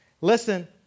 Listen